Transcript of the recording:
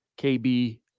KB